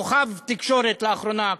כוכב תקשורת לאחרונה,